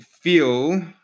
feel